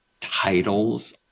titles